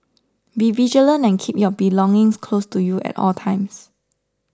be vigilant and keep your belongings close to you at all times